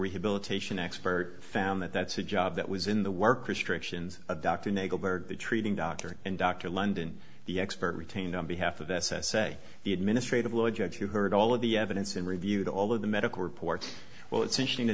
rehabilitation expert found that that's a job that was in the work restrictions of dr nagle there treating doctor and doctor london the expert retained on behalf of the s s a the administrative law judge you heard all of the evidence and reviewed all of the medical reports well it's interesting to